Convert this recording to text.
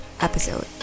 episode